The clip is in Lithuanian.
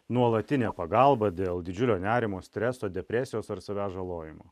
nuolatinė pagalba dėl didžiulio nerimo streso depresijos ar savęs žalojimo